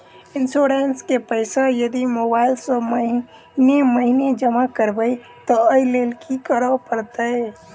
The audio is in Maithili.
इंश्योरेंस केँ पैसा यदि मोबाइल सँ महीने महीने जमा करबैई तऽ ओई लैल की करऽ परतै?